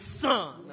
son